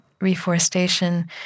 reforestation